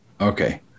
Okay